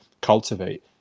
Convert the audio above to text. cultivate